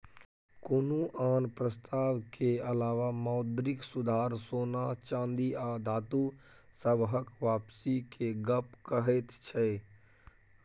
कुनु आन प्रस्ताव के अलावा मौद्रिक सुधार सोना चांदी आ धातु सबहक वापसी के गप कहैत छै